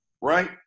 right